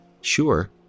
Sure